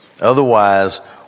Otherwise